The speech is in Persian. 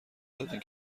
دادین